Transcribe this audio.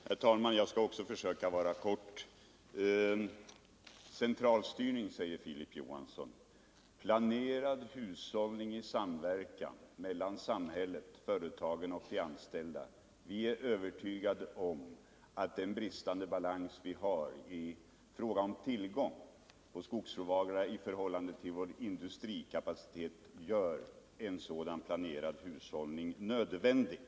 Herr talman! Jag skall också försöka fatta mig kort. Centralstyrning, säger Filip Johansson. Det är fråga om planerad hushållning i samverkan mellan samhället, företagen och de anställda. Vi är övertygade om att den bristande balans vi har i fråga om tillgång på skogsråvaror i förhållande till vår industrikapacitet gör en sådan planerad hushållning nödvändig.